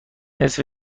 نصف